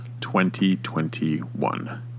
2021